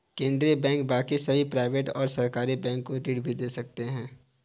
केन्द्रीय बैंक बाकी सभी प्राइवेट और सरकारी बैंक को ऋण भी दे सकते हैं